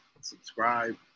subscribe